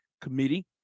Committee